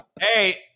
Hey